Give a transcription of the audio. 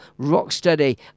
Rocksteady